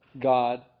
God